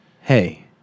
Hey